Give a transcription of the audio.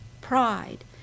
pride